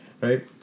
Right